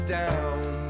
down